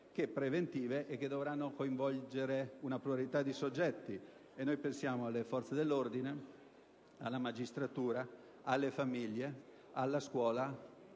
che preventive che dovranno coinvolgere una pluralità di soggetti: pensiamo alle forze dell'ordine, alla magistratura, alle famiglie, alla scuola